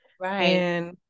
Right